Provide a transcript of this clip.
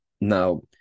Now